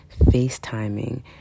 FaceTiming